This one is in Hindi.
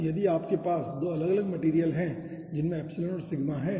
तो यदि आपके पास 2 अलग अलग मटेरियल हैं जिनमें एप्सिलॉन और सिग्मा हैं